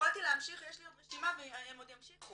יכולתי להמשיך, יש לי עוד רשימה והם עוד ימשיכו.